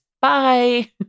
Bye